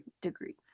degree